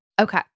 Okay